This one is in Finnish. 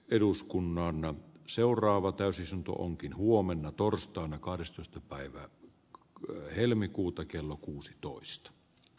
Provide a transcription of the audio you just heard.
eduskunnan on seuraava täysistunto onkin huomenna torstaina kahdestoista päivä on helmikuuta kello kuusitoista b